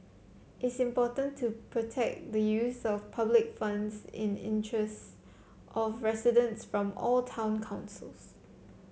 is important to protect the use of public funds in the interest of residents from all town councils